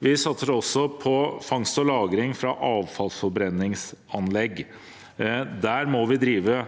Vi satser også på fangst og lagring fra avfallsforbrenningsanlegg. Der må vi drive